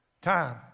time